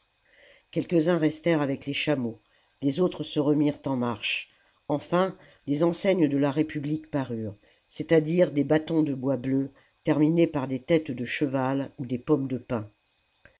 quelques-uns restèrent avec les chameaux les autres se remirent en marche enfin les enseignes de la république parurent c'est-à-dire des bâtons de bois bleu terminés par des têtes de cheval ou des pommes de pin